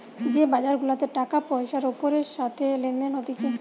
যে বাজার গুলাতে টাকা পয়সার ওপরের সাথে লেনদেন হতিছে